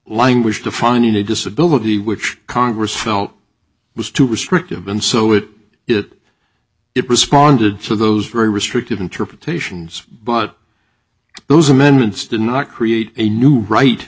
language defining a disability which congress felt was too restrictive and so it it it responded to those very restrictive interpretations but those amendments did not create a new right